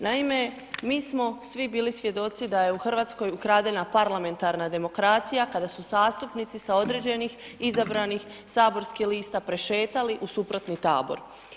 Naime, mi smo svi bili svjedoci da je u Hrvatskoj ukradena parlamentarna demokracija kada su zastupnici sa određenih izabranih saborski lista prešetali u suprotni tabor.